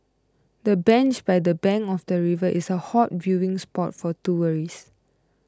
the bench by the bank of the river is a hot viewing spot for tourists